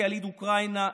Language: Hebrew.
כיליד אוקראינה,